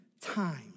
time